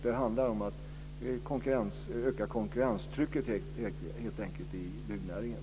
Det handlar helt enkelt om att öka konkurrenstrycket i byggnäringen.